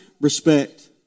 respect